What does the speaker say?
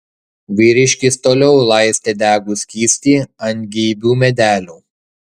vyriškis toliau laistė degų skystį ant geibių medelių